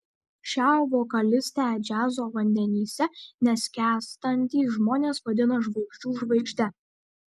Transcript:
šią vokalistę džiazo vandenyse neskęstantys žmonės vadina žvaigždžių žvaigžde